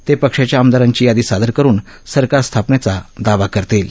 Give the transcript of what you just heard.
ते पक्षाच्या आमदारांची यादी सादर करुन सरकार स्थापनेचा दावा करतील